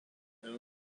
owned